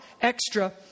extra